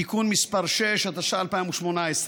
(תיקון מס' 6), התשע"ח 2018: